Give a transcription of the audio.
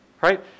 right